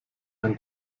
einen